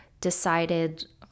decided